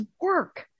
work